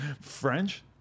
French